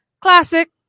classic